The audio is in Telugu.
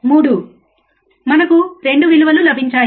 3 మనకు 2 విలువలు లభించాయి